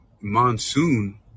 Monsoon